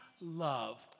love